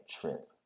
trip